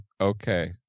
okay